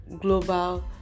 Global